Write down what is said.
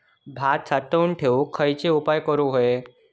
भात साठवून ठेवूक खयचे उपाय करूक व्हये?